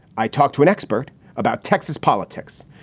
i talk to an expert about texas politics.